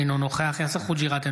אינו נוכח יאסר חוג'יראת,